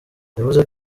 yavuze